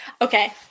Okay